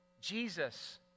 Jesus